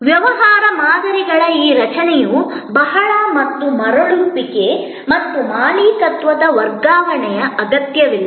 ವ್ಯವಹಾರ ಮಾದರಿಗಳ ಈ ರಚನೆಯು ಬಳಕೆ ಮತ್ತು ಮರಳುವಿಕೆ ಮತ್ತು ಮಾಲೀಕತ್ವದ ವರ್ಗಾವಣೆಯ ಅಗತ್ಯವಿಲ್ಲ